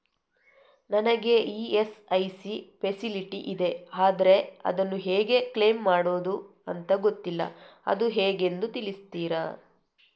ನನಗೆ ESIC facility ಇದೆ ಆದ್ರೆ ಅದನ್ನು ಹೇಗೆ ಕ್ಲೇಮ್ ಮಾಡೋದು ಅಂತ ಗೊತ್ತಿಲ್ಲ ಅದು ಹೇಗೆಂದು ತಿಳಿಸ್ತೀರಾ?